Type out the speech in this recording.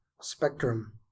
spectrum